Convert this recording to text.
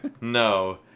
No